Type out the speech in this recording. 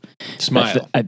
Smile